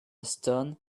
stone